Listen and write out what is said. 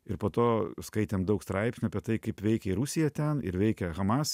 ir po to skaitėm daug straipsnių apie tai kaip veikia rusija ten ir veikia hamas